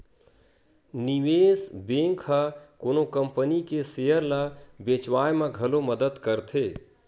निवेस बेंक ह कोनो कंपनी के सेयर ल बेचवाय म घलो मदद करथे